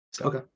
Okay